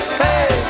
hey